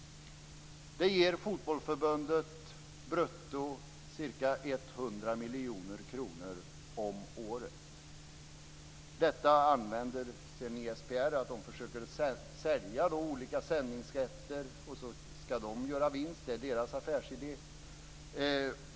Det ger Fotbollförbundet ca 100 miljoner kronor om året brutto. Sedan försöker ISPR sälja olika sändningsrätter för att på det sättet göra en vinst. Det är deras affärsidé.